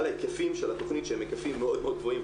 ההיקפים של התכנית שהם היקפים מאוד גבוהים.